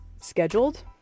Scheduled